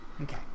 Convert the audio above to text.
Okay